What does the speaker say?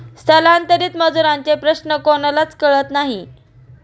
स्थलांतरित मजुरांचे प्रश्न कोणालाच कळत नाही